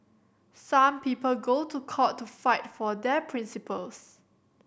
some people go to court to fight for their principles